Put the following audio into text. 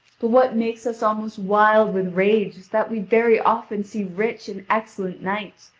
but what makes us almost wild with rage is that we very often see rich and excellent knights,